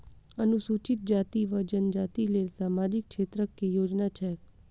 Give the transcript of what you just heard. अनुसूचित जाति वा जनजाति लेल सामाजिक क्षेत्रक केँ योजना छैक?